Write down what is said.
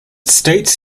states